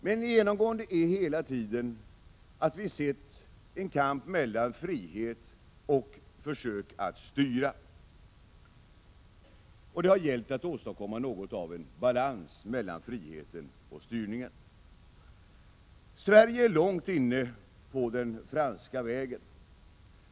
Men genomgående är hela tiden att vi sett en kamp mellan frihet och försök att styra, och det har gällt att åstadkomma något av en balans mellan friheten och styrningen. Sverige är långt inne på den franska vägen.